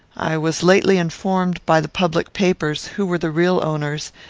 i was lately informed, by the public papers, who were the real owners,